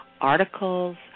articles